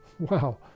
wow